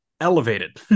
elevated